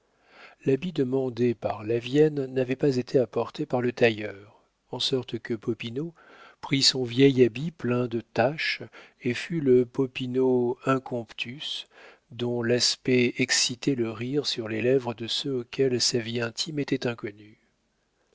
l'habit demandé par lavienne n'avait pas été apporté par le tailleur en sorte que popinot prit son vieil habit plein de taches et fut le popinot incomptus dont l'aspect excitait le rire sur les lèvres de ceux auxquels sa vie intime était inconnue